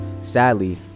Sadly